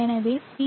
எனவே பி